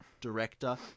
director